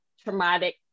traumatic